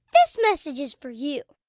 this message is for you